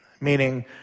Meaning